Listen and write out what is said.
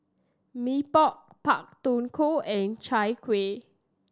Mee Pok Pak Thong Ko and Chai Kueh